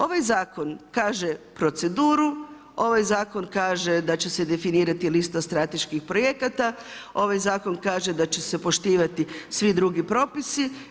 Ovaj zakon kaže proceduru, ovaj zakon kaže da će se definirati lista strateških projekata, ovaj zakon kaže da će se poštivati svi drugi propisi.